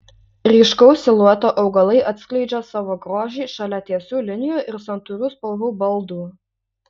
ryškaus silueto augalai atskleidžia savo grožį šalia tiesių linijų ir santūrių spalvų baldų